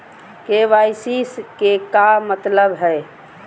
KYC के का मतलब हई?